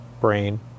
brain